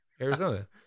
Arizona